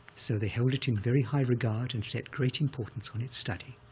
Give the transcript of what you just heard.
so they held it in very high regard, and set great importance on its study.